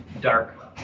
dark